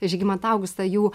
žygimantą augustą jų